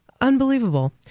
Unbelievable